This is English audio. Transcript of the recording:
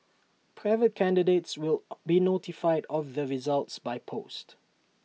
private candidates will be notified of their results by post